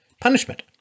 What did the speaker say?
punishment